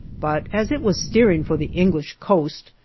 but as it was steering for the english coast,